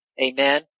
Amen